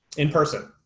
in person.